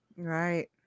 Right